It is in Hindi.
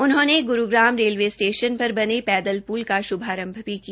उन्होंने गुरूग्राम रेलवे स्टेशन पर बने पैदल पुल का शुभारंभ भी किया